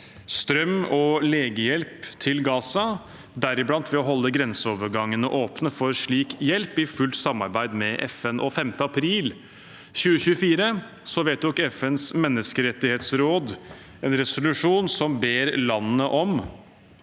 strøm og legehjelp til Gaza, bl.a. ved å holde grenseovergangene åpne for slik hjelp, i fullt samarbeid med FN, og 5. april 2024 vedtok FNs menneskerettighetsråd en resolusjon som ber landene om